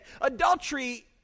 Adultery